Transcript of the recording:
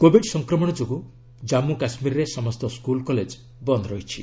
covid ସଂକ୍ରମଣ ଯୋଗୁଁ ଜାମ୍ମୁ କାଶ୍ମୀରରେ ସମସ୍ତ ସ୍କୁଲ କଲେଜ ବନ୍ଦ ରହିଛି